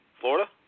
Florida